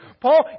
Paul